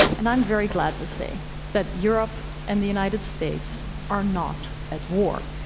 and i'm very glad to say that europe and the united states are not at war.